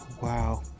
wow